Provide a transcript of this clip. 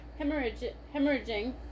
hemorrhaging